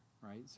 right